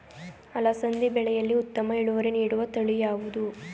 ಅಲಸಂದಿ ಬೆಳೆಯಲ್ಲಿ ಉತ್ತಮ ಇಳುವರಿ ನೀಡುವ ತಳಿ ಯಾವುದು?